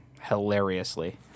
hilariously